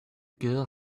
girl